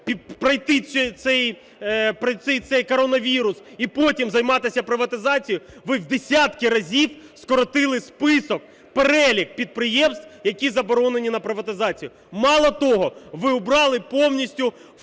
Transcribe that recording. пройти цей коронавірус і потім займатися приватизацією, ви в десятки разів скоротили список, перелік підприємств, які заборонені на приватизацію. Мало того, ви прибрали повністю вплив